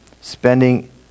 spending